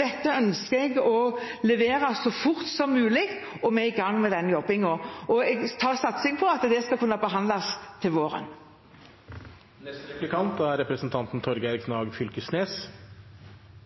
Dette ønsker jeg å levere så fort som mulig, og vi er i gang med den jobben. Jeg satser på at det skal kunne behandles til våren.